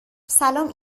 سلام